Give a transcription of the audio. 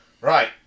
Right